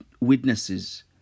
witnesses